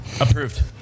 Approved